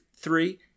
Three